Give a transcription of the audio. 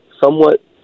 somewhat